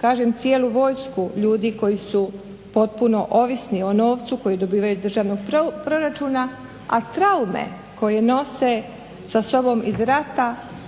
kažem cijelu vojsku ljudi koji su potpuno ovisni o novcu koji dobivaju iz državnog proračuna, a traume koje nose sa sobom iz rata,